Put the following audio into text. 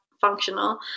functional